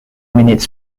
minutes